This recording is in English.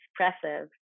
expressive